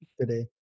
today